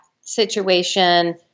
situation